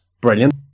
brilliant